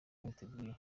mwiteguye